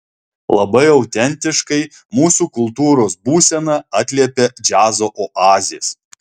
labai autentiškai mūsų kultūros būseną atliepia džiazo oazės